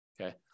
Okay